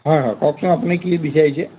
হয় হয় কওকচোন আপুনি কি বিচাৰিছে